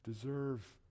deserve